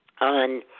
On